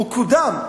הוא קודם,